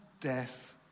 death